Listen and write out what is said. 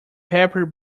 paper